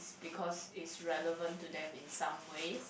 it's because it's relevant to them in some ways